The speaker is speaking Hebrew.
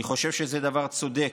אני חושב שזה דבר צודק,